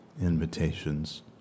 invitations